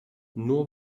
nur